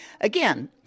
Again